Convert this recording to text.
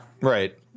right